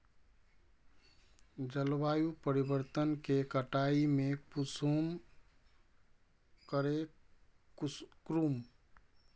जलवायु परिवर्तन के कटाई में कुंसम करे करूम?